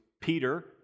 Peter